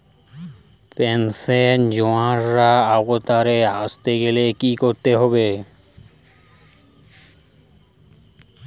Pension যজোনার আওতায় আসতে গেলে কি করতে হবে?